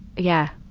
yeah.